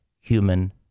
human